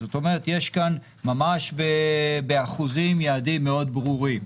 זאת אומרת שיש כאן ממש באחוזים יעדים מאוד ברורים.